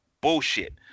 Bullshit